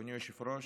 אדוני היושב-ראש,